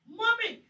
mommy